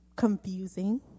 confusing